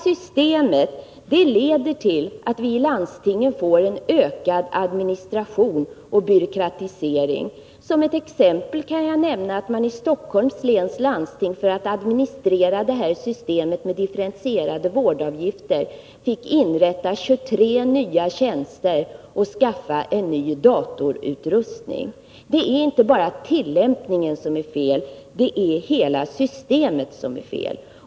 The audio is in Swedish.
Systemet leder till att vi i landstingen får en ökad administration och byråkratisering. Som ett exempel kan jag nämna att man i Stockholms läns landsting för att administrera systemet med differentierade vårdavgifter fick inrätta 23 nya tjänster och skaffa en ny datorutrustning. Det är inte bara tillämpningen som är fel, det är hela systemet som är fel.